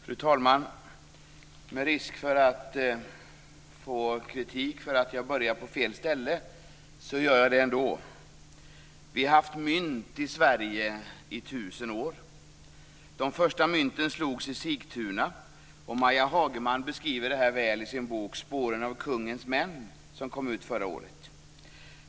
Fru talman! Med risk för att få kritik för att jag börjar på fel ställe så gör jag det ändå. Vi har haft mynt i Sverige i tusen år. De första mynten slogs i Sigtuna. Maja Hagerman beskriver detta väl i sin bok Spåren av kungens män som kom ut förra året.